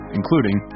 including